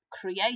create